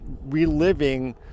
reliving